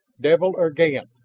devil or ga-n.